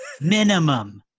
Minimum